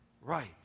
right